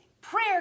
prayer